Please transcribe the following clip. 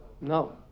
No